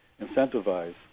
incentivize